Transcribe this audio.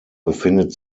befindet